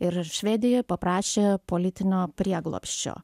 ir švedijoj paprašė politinio prieglobsčio